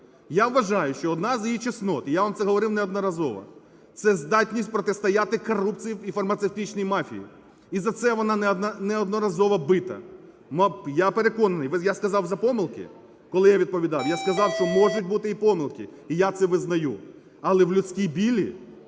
Я вважаю, що одна з її чеснот, і я вам це говорив неодноразово, це здатність протистояти корупції і фармацевтичній мафії, і за це вона неодноразово бита. Я переконаний, я сказав "за помилки", коли я доповідав, я сказав, що можуть бути і помилки, і я це визнаю. Але в людській білі